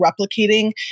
replicating